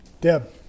Deb